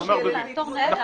--- זה שני דברים שונים.